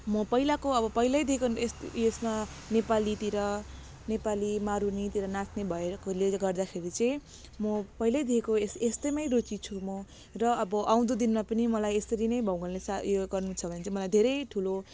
म पहिलाको अब पहिल्यैदेखि उयसमा नेपालीतिर नेपाली मारुनीतिर नाच्ने भएकोले गर्दाखेरि चाहिँ म पहिल्यैदेखिको यस्तैमै रुचि छु म र अब आउँदो दिनमा पनि मलाई यसरी नै भगवानले उयो गर्नुहुन्छ भन्ने चाहिँ मलाई धेरै ठुलो